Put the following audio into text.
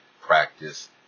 practice